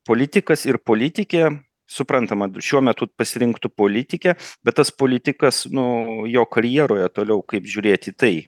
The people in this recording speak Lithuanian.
politikas ir politikė suprantama šiuo metu pasirinktų politikę bet tas politikas nu jo karjeroje toliau kaip žiūrėt į tai